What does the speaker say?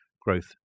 growth